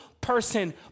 person